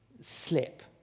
slip